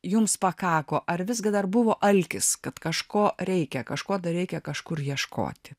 jums pakako ar visgi dar buvo alkis kad kažko reikia kažko dar reikia kažkur ieškoti